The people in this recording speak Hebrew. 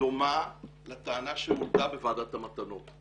דומה לטענה שהועלתה בוועדת המתנות,